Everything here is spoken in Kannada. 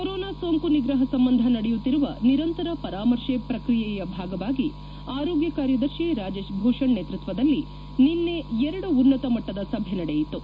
ಕೊರೋನಾ ಸೋಂಕು ನಿಗ್ರಹ ಸಂಬಂಧ ನಡೆಯುತ್ತಿರುವ ನಿರಂತರ ಪರಾಮರ್ಶೆ ಪ್ರಕ್ರಿಯೆಯ ಭಾಗವಾಗಿ ಆರೋಗ್ಯ ಕಾರ್ಯದರ್ಶಿ ರಾಜೇಶ್ ಭೂಷಣ್ ನೇತೃತ್ವದಲ್ಲಿ ನಿನ್ನೆ ಎರಡು ಉನ್ನತ ಮಟ್ಟದ ಸಭೆ ನಡೆಯಿತು